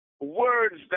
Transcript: words